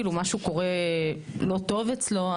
כאילו משהו קורה לא טוב אצלו,